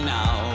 now